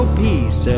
peace